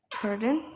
pardon